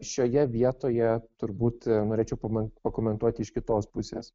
šioje vietoje turbūt norėčiau pamen pakomentuoti iš kitos pusės